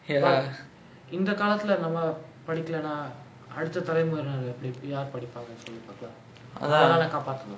but இந்த காலத்துல நம்ம படிக்கலனா அடுத்த தலைமுறை எப்டி யார் படிப்பாங்க சொல்லு பாக்கலாம் அதுனாலதா காப்பாத்தனும்:intha kaalathula namma padikkalanaa adutha thalaimurai epdi yaar padippaanga athunalatha kaappaathanum